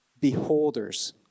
Beholders